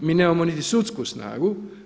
Mi nemamo niti sudsku snagu.